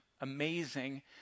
amazing